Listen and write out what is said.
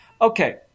Okay